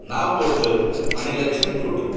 नाव मोठं आणि लक्षण खोटं